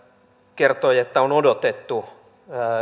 kertoi että on odotettu